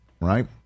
right